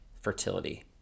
fertility